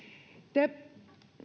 te